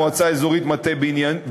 מועצה אזורית מטה-בנימין,